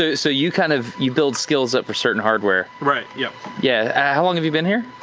ah so you kind of, you build skills up for certain hardware. right, yeah. yeah, how long have you been here?